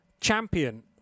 champion